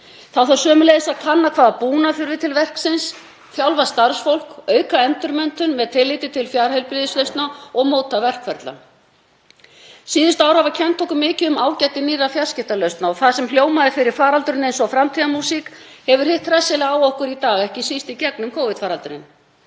Þá þarf sömuleiðis að kanna hvaða búnað þurfi til verksins, þjálfa starfsfólk, auka endurmenntun með tilliti til fjarheilbrigðislausna og móta verkferla. Síðustu ár hafa kennt okkur mikið um ágæti nýrra fjarskiptalausna og það sem hljómaði fyrir faraldurinn eins og framtíðarmúsík hefur hitt hressilega á okkur í dag, ekki síst í gegnum Covid-faraldurinn.